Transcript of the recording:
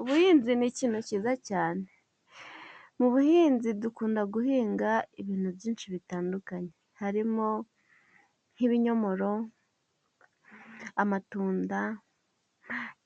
Ubuhinzi n'ikintu cyiza cyane, mu buhinzi dukunda guhinga ibintu byinshi bitandukanye harimo; nk'ibinyomoro, amatunda,